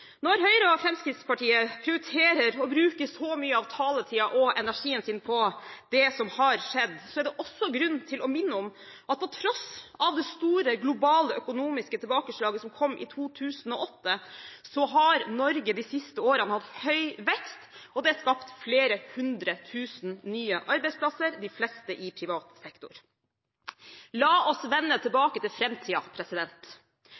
Når Høyre og Fremskrittspartiet prioriterer å bruke så mye av taletiden og energien sin på det som har skjedd, er det også grunn til å minne om at på tross av det store globale økonomiske tilbakeslaget som kom i 2008, har Norge de siste årene hatt høy vekst, og det er skapt flere hundre tusen arbeidsplasser – de fleste i privat sektor. La oss vende